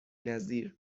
نظیر